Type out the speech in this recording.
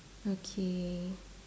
okay